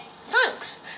thanks